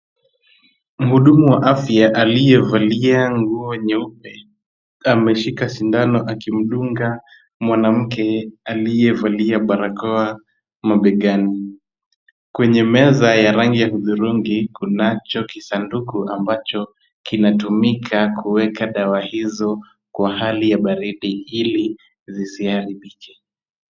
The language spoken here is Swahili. Mhudumu wa afya aliyevalia nguo nyeupe ameshika sindano akimdunga mwanamke aliyevalia barakoa mabegani. Kwenye meza ya rangi ya hudhurungi kunacho kisanduku ambacho kinatumika kuweka dawa hizo kwa hali ya baridi ili zisiharibike.